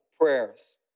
prayers